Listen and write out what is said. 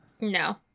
No